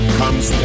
comes